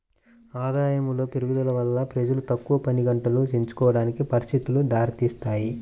ఆదాయములో పెరుగుదల వల్ల ప్రజలు తక్కువ పనిగంటలు ఎంచుకోవడానికి పరిస్థితులు దారితీస్తాయి